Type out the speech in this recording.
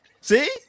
See